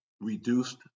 reduced